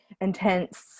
intense